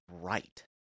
right